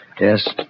Yes